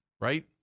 right